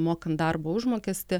mokant darbo užmokestį